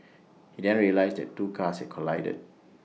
he then realised that two cars had collided